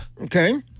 Okay